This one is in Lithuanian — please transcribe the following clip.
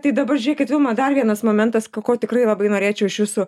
tai dabar žiūrėkit vilma dar vienas momentas ko tikrai labai norėčiau iš jūsų